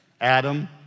Adam